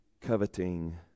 coveting